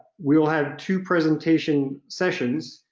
we will have two presentation sessions.